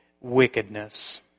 wickedness